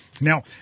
Now